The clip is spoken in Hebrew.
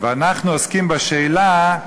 ואנחנו עוסקים בשאלה: